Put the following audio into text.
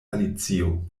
alicio